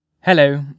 Hello